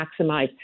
maximize